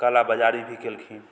काला बजारी भी केलखिन